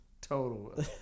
Total